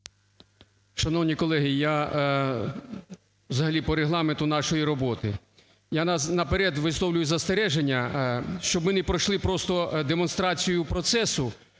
Шановні колеги, я взагалі по регламенту нашої роботи. Я наперед висловлюю застереження, щоб ми не пройшли просто демонстрацію процесу,